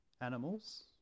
animals